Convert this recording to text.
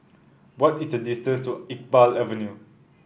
what is the distance to Iqbal Avenue